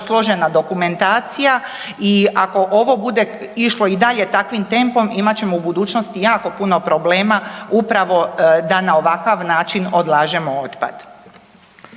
složena dokumentacija i ako ovo bude išlo i dalje takvim tempom, imat ćemo u budućnosti jako puno problema upravo da na ovakav način odlažemo otpad.